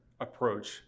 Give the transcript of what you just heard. approach